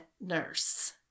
nurse